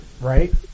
right